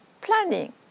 planning